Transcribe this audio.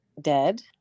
dead